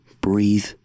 breathe